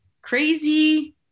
crazy